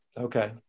Okay